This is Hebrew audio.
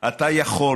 אתה יכול,